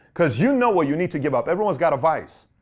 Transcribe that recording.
because you know what you need to give up. everyone's got a vice.